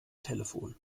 telefon